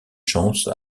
chance